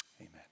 Amen